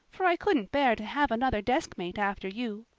for i couldn't bear to have another deskmate after you.